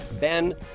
Ben